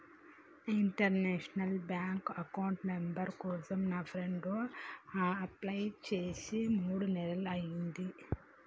international bank account number కోసం నా friend apply చేసి మూడు నెలలయ్యింది